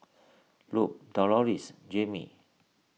Lupe Doloris Jaime